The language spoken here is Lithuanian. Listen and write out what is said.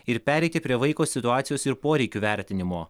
ir pereiti prie vaiko situacijos ir poreikių vertinimo